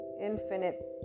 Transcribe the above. infinite